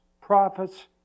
prophets